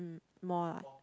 more ah